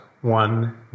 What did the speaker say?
one